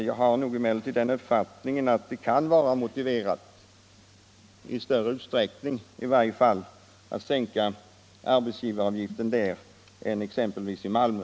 Jag har emellertid den uppfattningen att det i varje fall kan vara mer motiverat att sänka arbetsgivaravgiften där än i Malmö.